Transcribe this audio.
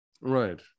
right